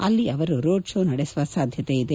ಅಲ್ತಿ ಅವರು road show ನಡೆಸುವ ಸಾಧ್ಯತೆ ಇದೆ